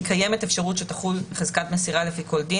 (3) כי קיימת אפשרות שתחול חזקת מסירה לפי כל דין